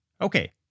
Okay